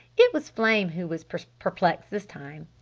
it was flame who was perplexed this time.